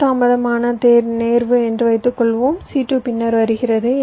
c2 தாமதமான நேர்வு என்று வைத்துக்கொள்வோம் c2 பின்னர் வருகிறது